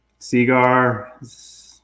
Seagar